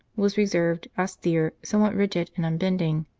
was reserved, austere, somewhat rigid and unbending.